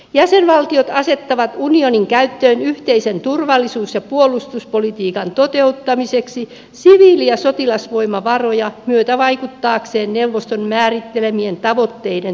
jäsenvaltiot asettavat unionin käyttöön yhteisen turvallisuus ja puolustuspolitiikan toteuttamiseksi siviili ja sotilasvoimavaroja myötävaikuttaakseen neuvoston määrittelemien tavoitteiden toteutumiseen